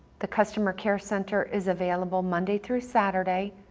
the customer care center is available monday through saturday,